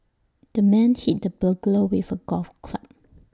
the man hit the burglar with A golf club